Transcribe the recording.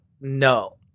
No